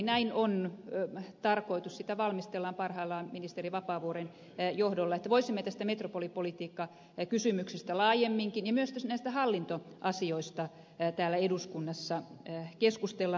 näin on tarkoitus sitä valmistellaan parhaillaan ministeri vapaavuoren johdolla että voisimme tästä metropolipolitiikkakysymyksestä laajemminkin ja myös näistä hallintoasioista täällä eduskunnassa keskustella